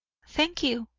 thank you,